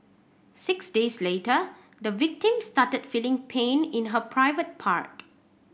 six days later the victim started feeling pain in her private part